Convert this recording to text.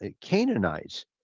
Canaanites